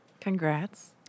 Congrats